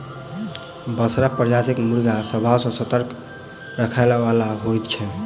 बसरा प्रजातिक मुर्गा स्वभाव सॅ सतर्क रहयबला होइत छै